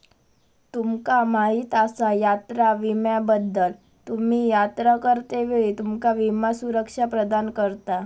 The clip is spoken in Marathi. तुमका माहीत आसा यात्रा विम्याबद्दल?, तुम्ही यात्रा करतेवेळी तुमका विमा सुरक्षा प्रदान करता